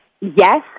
Yes